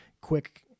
quick